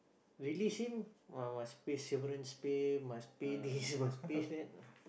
release him ah must pay severance pay must pay this must pay that ah